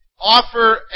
offer